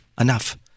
Enough